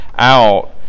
out